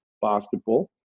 basketball